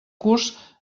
curs